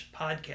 podcast